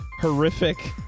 horrific